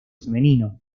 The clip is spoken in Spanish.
femenino